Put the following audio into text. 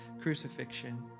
crucifixion